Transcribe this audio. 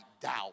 doubt